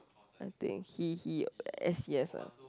I think he he s_c_s ah